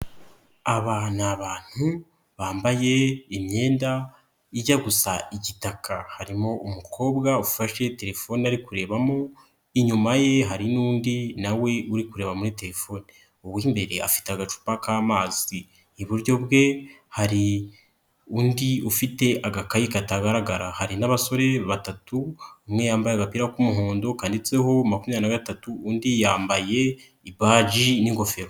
Aba ni abantu bambaye imyenda ijya gusa igitaka, harimo umukobwa ufashe telefone ari kurebamo, inyuma ye hari n'undi na we uri kureba muri telefone, uw'imbere afite agacupa k'amazi, iburyo bwe hari undi ufite agakayi katagaragara, hari n'abasore batatu umwe yambaye agapira k'umuhondo kanditseho makumyabiri na gatatu, undi yambaye ibaji n'ingofero.